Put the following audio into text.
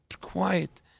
quiet